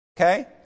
Okay